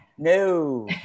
No